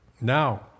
Now